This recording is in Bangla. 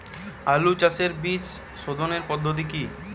আলু চাষের বীজ সোধনের পদ্ধতি কি?